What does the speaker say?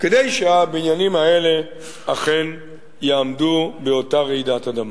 כדי שהבניינים אלה אכן יעמדו באותה רעידת אדמה.